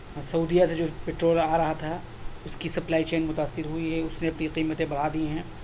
سعودیہ سے جو پٹرول آ رہا تھا اس کی سپلائی چین متاثر ہوئی ہے اس نے اپنی قیمتیں بڑھا دی ہیں